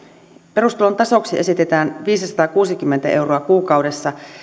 perustulon tasoksi esitetään viisisataakuusikymmentä euroa kuukaudessa